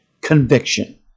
conviction